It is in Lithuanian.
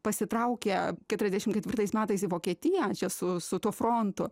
pasitraukia keturiasdešimt ketvirtais metais į vokietiją čia su su tuo frontu